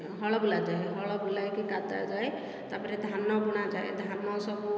ହଳ ବୁଲାଯାଏ ହଳ ବୁଲା ହୋଇକି କାଦା ଯାଏ ତା'ପରେ ଧାନ ବୁଣା ଯାଏ ଧାନ ସବୁ